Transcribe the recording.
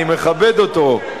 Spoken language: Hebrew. אני מכבד אותו.